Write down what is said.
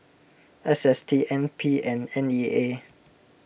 S S T N P and N E A